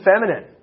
feminine